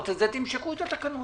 את זה תמשכו את התקנות.